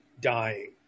dying